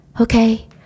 Okay